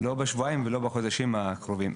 לא בשבועיים ולא בחודשים הקרובים.